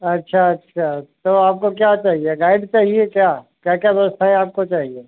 अच्छा अच्छा तो आपको क्या चाहिए गाइड चाहिए क्या क्या क्या व्यवस्थाएँ आपको चाहिए